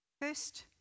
First